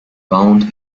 bound